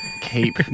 keep